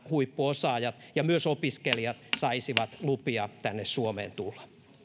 huippuosaajat ja myös opiskelijat saisivat lupia tänne suomeen tulla